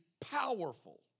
powerful